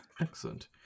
Excellent